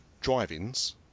Drive-Ins